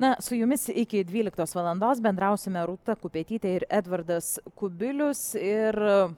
na su jumis iki dvyliktos valandos bendrausime rūta kupetytė ir edvardas kubilius ir